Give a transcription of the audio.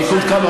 הליכוד קם,